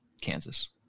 Kansas